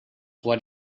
what